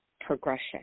progression